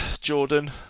Jordan